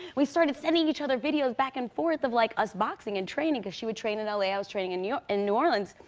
we started sending each other videos back and forth of, like, us boxing and training. cause she would train in l a. i was training in new in new orleans.